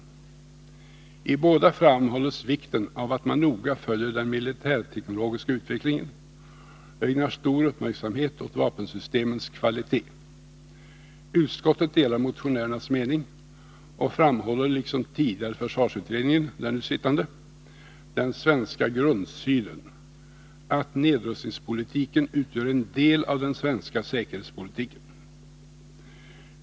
I båda framhålls vikten av att man noga följer den militärteknologiska utvecklingen och ägnar stor uppmärksamhet åt vapensystemens kvalitet. Utskottet delar motionärernas mening och framhåller liksom tidigare försvarsutredningen — den nu sittande — den svenska grundsynen att nedrustningspolitiken utgör en del av den svenska säkerhetspolitiken.